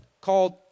called